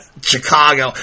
chicago